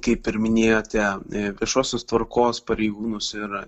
kaip ir minėjote viešosios tvarkos pareigūnus ir